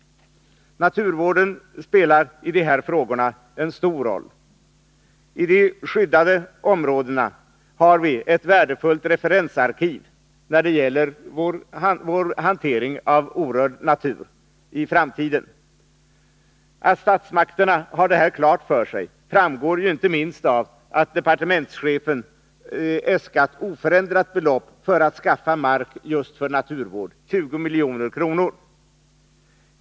Naturvården spelar i de här frågorna en stor roll. I de skyddade områdena har vi ett värdefullt referensarkiv för den framtida hanteringen av orörd natur. Att statsmakterna har detta klart för sig framgår inte minst av att departementschefen har äskat oförändrat belopp, 20 milj.kr., för att skaffa mark för naturvård.